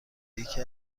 یکی